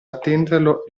attenderlo